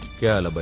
girl but